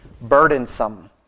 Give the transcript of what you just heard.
burdensome